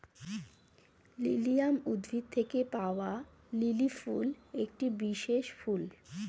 lilium উদ্ভিদ থেকে পাওয়া লিলি ফুল একটি বিশেষ ফুল